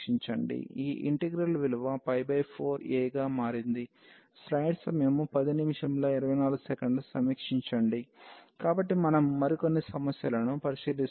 ఈ ఇంటిగ్రల్ విలువ 4a గా మారింది కాబట్టి మనం మరికొన్ని సమస్యలను పరిశీలిస్తాము